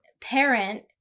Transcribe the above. parent